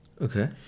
Okay